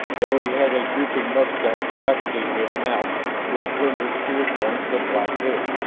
though he had a drooping mustache bracketing his mouth with slender spear points of black hair.